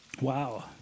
Wow